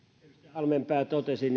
halmeenpää totesi